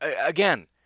again